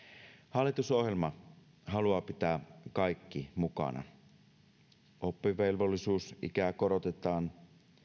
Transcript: hallitusohjelma haluaa pitää kaikki mukana oppivelvollisuusikää korotetaan